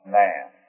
man